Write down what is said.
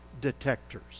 detectors